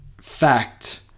Fact